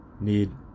need